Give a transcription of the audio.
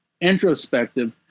introspective